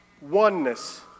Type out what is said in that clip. Oneness